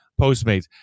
Postmates